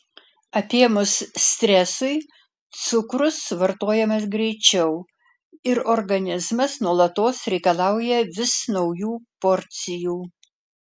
apėmus stresui cukrus suvartojamas greičiau ir organizmas nuolatos reikalauja vis naujų porcijų